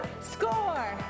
Score